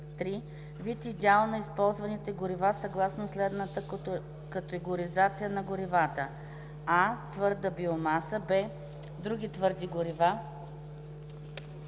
3. вид и дял на използваните горива съгласно следната категоризация на горивата: а) твърда биомаса; б) други твърди горива;